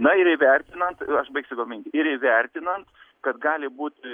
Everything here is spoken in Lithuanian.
na ir įvertinant aš baigsiu gal mintį ir įvertinant kad gali būti